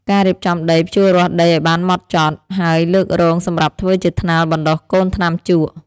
ការរៀបចំដី ភ្ជួរាស់ដីឱ្យបានហ្មត់ចត់ ហើយលើករងសម្រាប់ធ្វើជាថ្នាលបណ្ដុះកូនថ្នាំជក់។